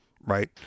right